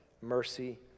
mercy